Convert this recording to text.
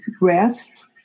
rest